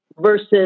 Versus